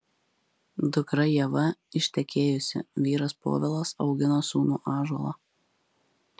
dukra ieva ištekėjusi vyras povilas augina sūnų ąžuolą